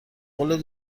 قول